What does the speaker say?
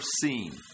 seen